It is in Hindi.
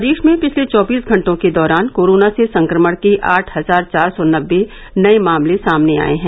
प्रदेश में पिछले चौबीस घंटों के दौरान कोरोना से संक्रमण के आठ हजार चार सौ नब्बे नए मामले सामने आए हैं